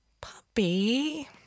Puppy